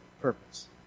purpose